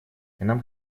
нам